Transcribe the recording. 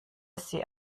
sie